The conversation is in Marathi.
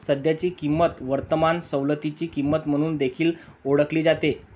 सध्याची किंमत वर्तमान सवलतीची किंमत म्हणून देखील ओळखली जाते